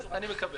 בסדר.